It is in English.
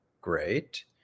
great